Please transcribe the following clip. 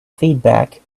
feedback